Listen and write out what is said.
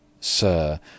Sir